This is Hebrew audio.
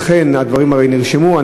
וכן הדברים הרי נרשמו,